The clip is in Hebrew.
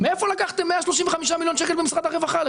מאיפה לקחתם 135 מיליון שקלים במשרד הרווחה?